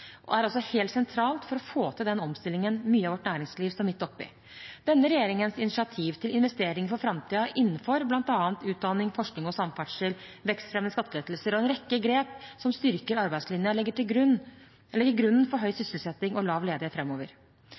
er også helt sentralt for å få til den omstillingen mye av vårt næringsliv står midt oppe i. Denne regjeringens initiativ til investeringer for framtiden innenfor bl.a. utdanning, forskning og samferdsel, vekstfremmende skattelettelser, og en rekke grep som styrker arbeidslinjen, legger grunnen for høy sysselsetting og lav ledighet